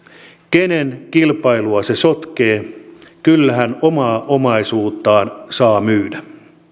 kenen kilpailua se sotkee kyllähän omaa omaisuuttaan saa myydä